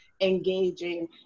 engaging